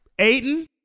Aiden